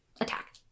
attack